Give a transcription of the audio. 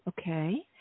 Okay